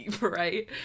Right